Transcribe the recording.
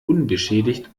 unbeschädigt